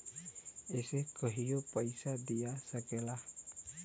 इसे कहियों पइसा दिया सकला